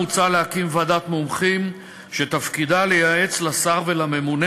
מוצע להקים ועדת מומחים שתפקידה לייעץ לשר ולממונה,